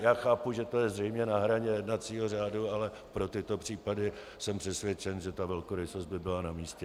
Já chápu, že je to zřejmě na hraně jednacího řádu, ale pro tyto případy jsem přesvědčen, že velkorysost by byla na místě.